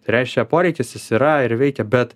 reiškia poreikis jis yra ir veikia bet